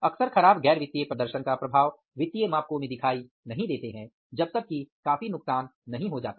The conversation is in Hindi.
अक्सर ख़राब गैर वित्तीय प्रदर्शन का प्रभाव वित्तीय मापको में दिखाई नहीं देते हैं जब तक कि काफी नुकसान नहीं हो जाता